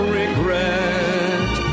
regret